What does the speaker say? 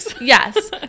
Yes